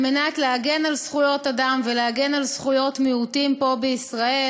מנת להגן על זכויות אדם ולהגן על זכויות מיעוטים פה בישראל.